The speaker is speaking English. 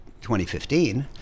2015